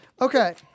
Okay